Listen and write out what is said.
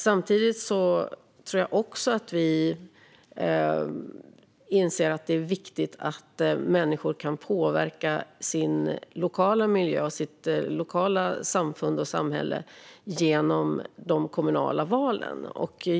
Samtidigt tror jag att vi inser att det är viktigt att människor kan påverka sin lokala miljö och sitt lokala samfund och samhälle genom de kommunala valen.